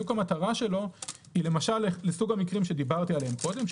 המטרה שלו היא לסוג המקרים שדיברתי עליהם קודם.